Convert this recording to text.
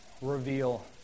reveal